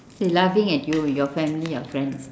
they laughing at you your family your friends